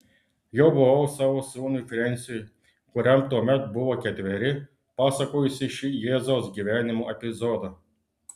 jau buvau savo sūnui frensiui kuriam tuomet buvo ketveri pasakojusi šį jėzaus gyvenimo epizodą